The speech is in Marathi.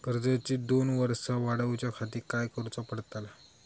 कर्जाची दोन वर्सा वाढवच्याखाती काय करुचा पडताला?